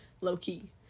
Low-key